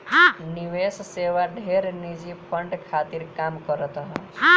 निवेश सेवा ढेर निजी फंड खातिर काम करत हअ